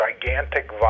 gigantic